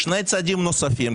שני צעדים נוספים,